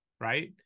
right